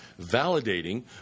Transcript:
validating